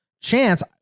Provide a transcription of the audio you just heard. chance